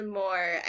more